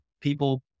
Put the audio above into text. people